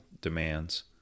demands